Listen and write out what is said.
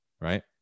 right